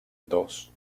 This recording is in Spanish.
dos